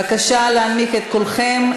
בבקשה להנמיך את קולכם.